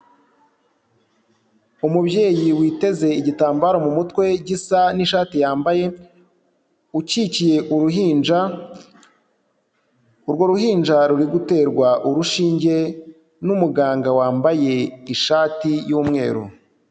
Umubyeyi witeze igitambaro mu mutwe gisa n'ishati yambaye, ukikiye uruhinja, urwo ruhinja ruri guterwa urushinge n'umuganga wambaye ishati y'umweru.